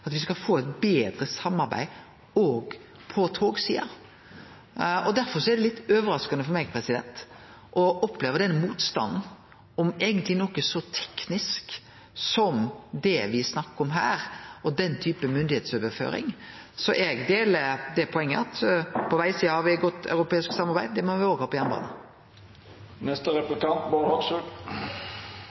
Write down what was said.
at me skal få eit betre samarbeid òg på togsida. Derfor er det litt overraskande for meg å oppleve motstanden om eigentleg noko så teknisk som det me snakkar om her, og den typen myndigheitsoverføring. Eg deler poenget om at me på vegsida har eit godt europeisk samarbeid. Det må me òg ha på